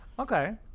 Okay